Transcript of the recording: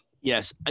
Yes